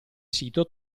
sito